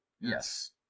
Yes